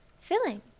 filling